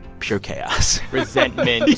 pure chaos resentment,